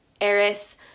eris